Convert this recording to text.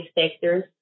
sectors